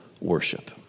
worship